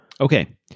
Okay